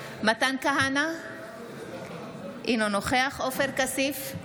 מתן כהנא, אינו נוכח עופר כסיף,